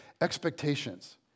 expectations